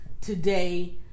today